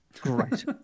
Great